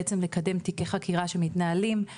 בעצם לקדם תיקי חקירה שמתנהלים,